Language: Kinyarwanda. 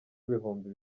ibihumbi